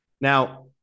Now